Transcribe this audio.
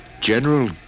General